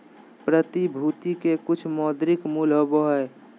प्रतिभूति के कुछ मौद्रिक मूल्य होबो हइ